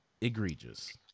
egregious